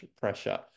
pressure